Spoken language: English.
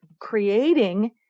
creating